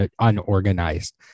unorganized